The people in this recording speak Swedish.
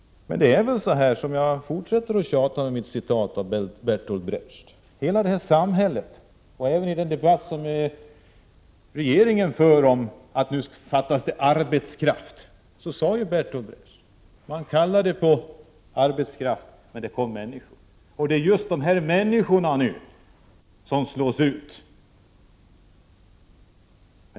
Jag fortsätter att tjata om mitt citat av Bertolt Brecht med tanke på att regeringen säger att det fattas arbetskraft. Bertolt Brecht sade: Man kallade det för arbetskraft, men det kom människor. Det är just människor som nu slås ut.